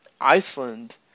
Iceland